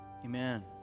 Amen